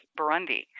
Burundi